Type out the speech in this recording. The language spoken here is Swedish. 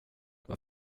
vad